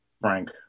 Frank